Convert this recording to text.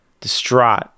distraught